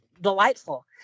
delightful